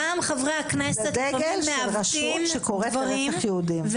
זה דגל של שמשקף את חיסולה של מדינת ישראל.